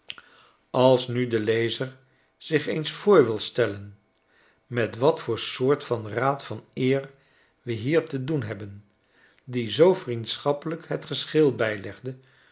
als nu de lezer zich eens voor wil stellen met wat voor soort van raad van eer we hier te doen hebben die zoo vriendschappelijk het geschil bijlegde